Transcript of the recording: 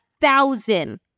thousand